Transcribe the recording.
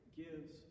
gives